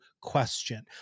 question